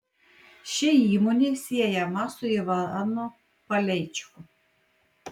ši įmonė siejama su ivanu paleičiku